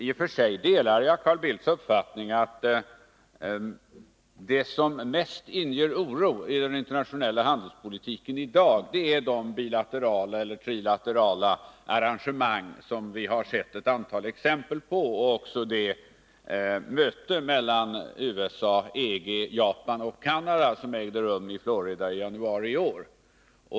I och för sig delar jag Carl Bildts uppfattning att det som inger mest oro i den internationella handelspolitiken i dag är de bilaterala eller trilaterala arrangemang som vi har sett ett antal exempel på, inkl. det möte mellan USA, EG, Japan och Canada som ägde rum i Florida i januari i år.